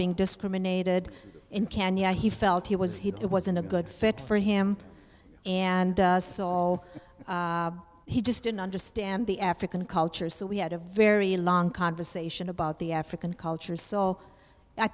being discriminated in kenya he felt he was he wasn't a good fit for him and us all he just didn't understand the african culture so we had a very long conversation about the african culture so